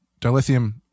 dilithium